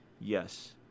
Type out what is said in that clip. Yes